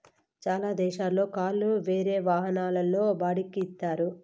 చాలా దేశాల్లో కార్లు వేరే వాహనాల్లో బాడిక్కి ఇత్తారు